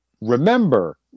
Remember